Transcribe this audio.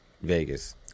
Vegas